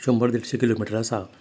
शंबर देडशे किलोमिटर आसा